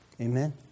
Amen